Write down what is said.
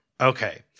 Okay